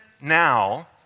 now